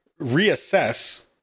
reassess